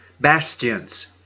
bastions